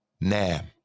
Nam